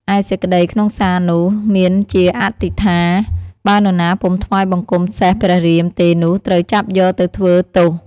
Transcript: ឯសេចក្តីក្នុងសារនោះមានជាអាទិថា« បើនរណាពុំថ្វាយបង្គំសេះព្រះរាមទេនោះត្រូវចាប់យកទៅធ្វើទោស»។